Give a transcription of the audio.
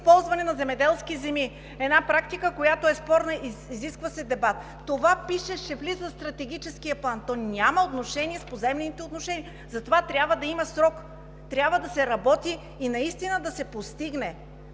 ползване на земеделски земи – една практика, която е спорна, изисква се дебат. Това пише – че ще влиза в Стратегическия план. То няма отношение с поземлените отношения. Затова трябва да има срок. Трябва да се работи и наистина да се постигне